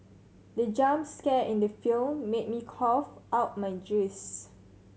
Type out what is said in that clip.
the jump scare in the film made me cough out my juice